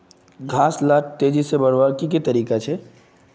घास लाक तेजी से बढ़वार की की तरीका छे?